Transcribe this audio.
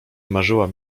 marzyłam